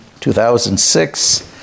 2006